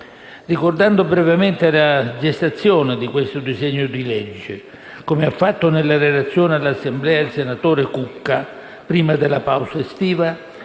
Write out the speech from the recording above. Ricordando brevemente la gestazione di questo disegno di legge, come ha fatto nella relazione all'Assemblea il senatore Cucca prima della pausa estiva,